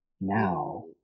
now